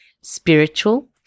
Spiritual